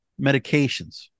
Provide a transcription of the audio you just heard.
medications